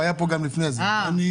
הוא היה כאן גם לפני כן.